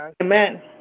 Amen